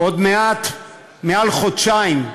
עוד מעט מעל חודשיים,